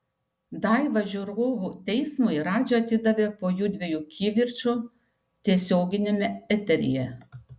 daivą žiūrovų teismui radži atidavė po jųdviejų kivirčo tiesioginiame eteryje